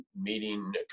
meeting